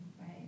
Right